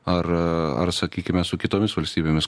ar ar sakykime su kitomis valstybėmis